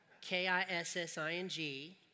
K-I-S-S-I-N-G